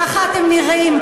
ככה אתם נראים.